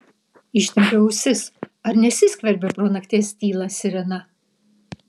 ištempiu ausis ar nesiskverbia pro nakties tylą sirena